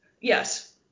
yes